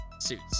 suits